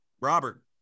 Robert